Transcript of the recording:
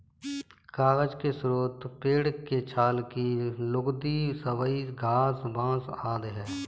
कागज के स्रोत पेड़ के छाल की लुगदी, सबई घास, बाँस आदि हैं